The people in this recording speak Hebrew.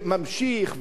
ועוד שעות,